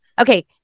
Okay